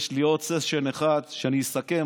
יש לי עוד סשן אחד כשאני אסכם,